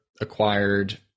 acquired